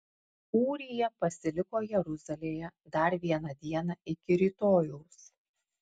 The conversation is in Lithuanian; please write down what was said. ūrija pasiliko jeruzalėje dar vieną dieną iki rytojaus